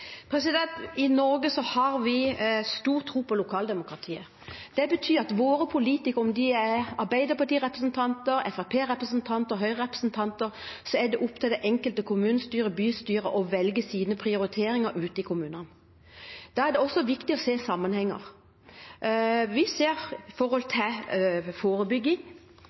I Norge har vi stor tro på lokaldemokratiet. Det betyr at det er opp til våre politikere – enten de er Arbeiderparti-representanter, Fremskrittsparti-representanter eller Høyre-representanter – i det enkelte kommunestyre eller bystyre å velge sine prioriteringer ute i kommunene. Da er det også viktig å se sammenhenger. Vi ser det når det gjelder forebygging.